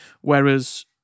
Whereas